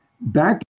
Back